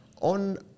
On